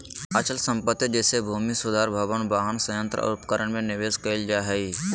अचल संपत्ति जैसे भूमि सुधार भवन, वाहन, संयंत्र और उपकरण में निवेश कइल जा हइ